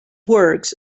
works